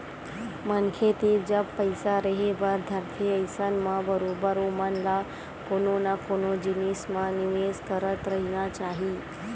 मनखे तीर जब पइसा रेहे बर धरथे अइसन म बरोबर ओमन ल कोनो न कोनो जिनिस म निवेस करत रहिना चाही